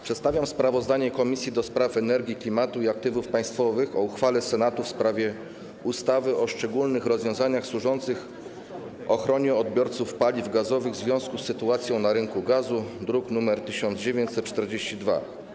Przedstawiam sprawozdanie Komisji do Spraw Energii, Klimatu i Aktywów Państwowych o uchwale Senatu w sprawie ustawy o szczególnych rozwiązaniach służących ochronie odbiorców paliw gazowych w związku z sytuacją na rynku gazu, druk nr 1942.